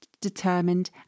determined